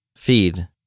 Feed